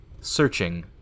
searching